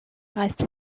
reste